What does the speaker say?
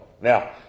Now